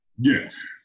Yes